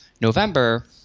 November